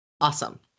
awesome